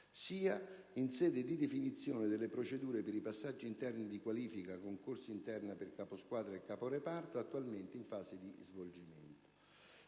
sia in sede di definizione delle procedure per i passaggi interni di qualifica (concorsi interni per caposquadra e caporeparto), attualmente in fase di svolgimento.